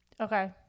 Okay